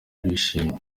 bishimye